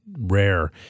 Rare